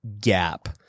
gap